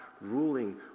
ruling